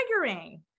triggering